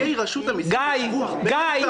נציגי רשות המסים היו הרבה פעמים כדי לתת --- גיא גולדמן,